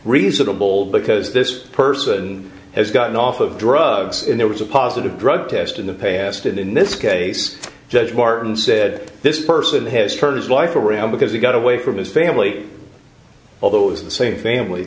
reasonable because this person has gotten off of drugs and there was a positive drug test in the past and in this case judge martin said this person has turned his life around because he got away from his family all those the same family